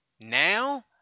now –